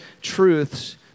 truths